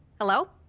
Hello